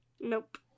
Nope